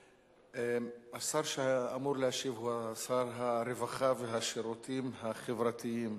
השר שהיה אמור להשיב הוא שר הרווחה והשירותים החברתיים,